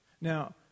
Now